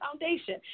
foundation